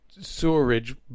Sewerage